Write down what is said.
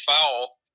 foul